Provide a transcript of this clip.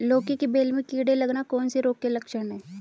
लौकी की बेल में कीड़े लगना कौन से रोग के लक्षण हैं?